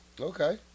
Okay